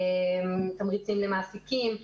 תמריצים למעסיקים.